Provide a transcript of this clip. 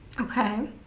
Okay